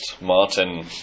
Martin